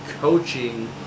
coaching